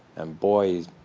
and boy,